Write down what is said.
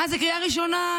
אה, זו קריאה ראשונה.